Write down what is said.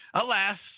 Alas